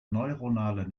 neuronale